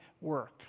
work